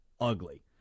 ugly